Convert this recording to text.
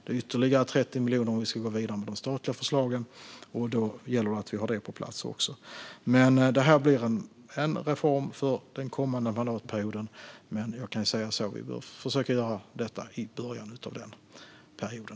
Det är ytterligare 30 miljoner om vi ska gå vidare med de statliga förslagen. Då gäller det att vi har det på plats. Det här blir alltså en reform för den kommande mandatperioden, men jag kan säga att vi bör försöka göra detta i början av den.